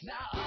Now